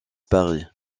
paris